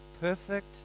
Perfect